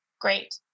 great